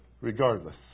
regardless